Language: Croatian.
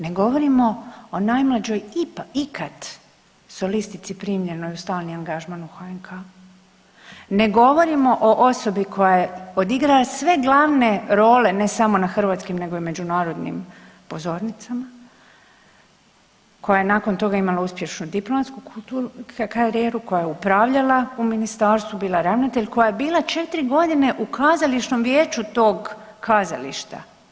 Ne govorimo o najmlađoj ikad solistici primljenoj u stalni angažman u HNK, ne govorimo o osobi koja je odigrala sve glavne role ne samo na hrvatskim nego i na međunarodnim pozornicama, koja je nakon toga imala uspješnu diplomsku karijeru koja je upravljala u ministarstvu bila ravnatelja, koja je bila četiri godine u kazališnom vijeću tog kazališta.